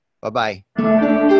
Bye-bye